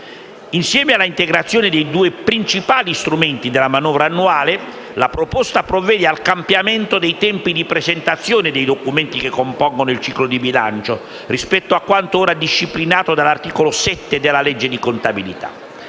Insieme alla integrazione dei due strumenti principali della manovra annuale, la proposta provvede al cambiamento dei tempi di presentazione dei documenti che compongono il ciclo di bilancio, rispetto a quanto ora disciplinato dall'articolo 7 della legge di contabilità.